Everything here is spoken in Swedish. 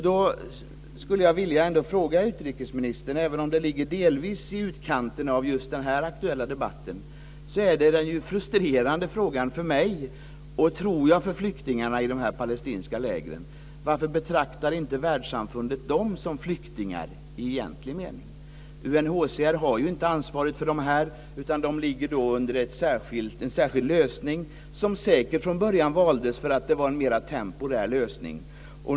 Jag skulle vilja ställa en fråga till utrikesministern, trots att den delvis ligger i utkanten av den aktuella debatten. Det är den frustrerande frågan för mig och för flyktingarna, tror jag, i dessa palestinska läger: Varför betraktar inte världssamfundet dem som flyktingar i egentlig mening? UNHCR har ju inte ansvaret för dem, utan det finns en särskild lösning som säkert från början valdes för att det skulle vara en mer temporär lösning.